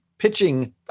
Pitching